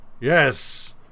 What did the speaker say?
yes